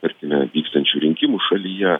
tarkime vyksiančių rinkimų šalyje